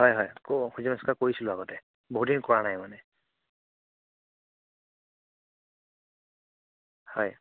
হয় হয় কৰোঁ সূৰ্য নমষ্কাৰ কৰিছিলোঁ আগতে বহুদিন কৰা নাই মানে হয়